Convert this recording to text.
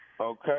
Okay